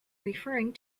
referring